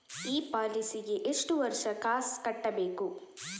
ಈ ಪಾಲಿಸಿಗೆ ಎಷ್ಟು ವರ್ಷ ಕಾಸ್ ಕಟ್ಟಬೇಕು?